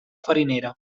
farinera